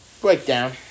breakdown